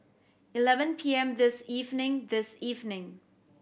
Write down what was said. eleven P M this evening this evening